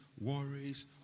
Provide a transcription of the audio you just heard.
worries